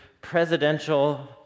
presidential